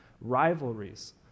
Rivalries